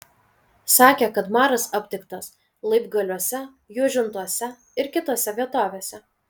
sakė kad maras aptiktas laibgaliuose jūžintuose ir kitose vietovėse